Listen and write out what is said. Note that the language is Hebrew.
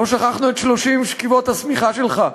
לא שכחנו את 30 שכיבות הסמיכה שלך,